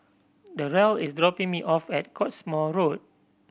Darell is dropping me off at Cottesmore Road